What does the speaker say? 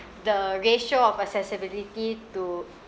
the ratio of accessibility to